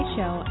Show